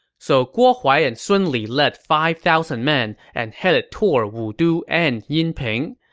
so guo huai and sun li led five thousand men and headed toward wudu and yinping.